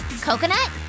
Coconut